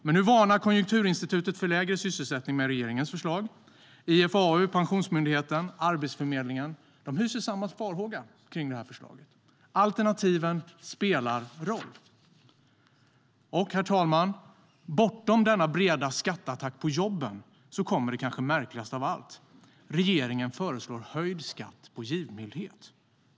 Men nu varnar Konjunkturinstitutet för lägre sysselsättning med regeringens förslag. IFAU, Pensionsmyndigheten och Arbetsförmedlingen hyser samma farhåga. Alternativen spelar roll. Herr talman! Bortom denna breda skatteattack på jobben kommer det kanske märkligaste av allt. Regeringen föreslår höjd skatt på givmildhet.